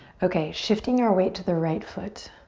okay, shifting our weight to the right foot.